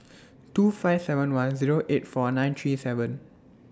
two five seven one Zero eight four nine three seven